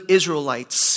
Israelites